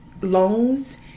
loans